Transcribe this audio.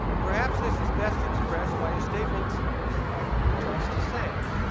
perhaps this is best expressed by a statement you just sang.